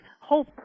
hope